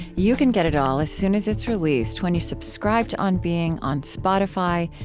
you can get it all as soon as it's released when you subscribe to on being on spotify,